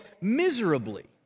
miserably